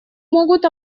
могут